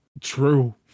true